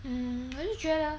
um 我是觉得